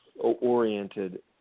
oriented